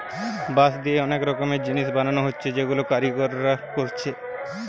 বাঁশ দিয়ে অনেক রকমের জিনিস বানানা হচ্ছে যেগুলা কারিগররা কোরছে